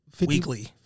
Weekly